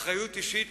אחריות אישית,